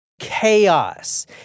chaos